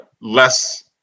less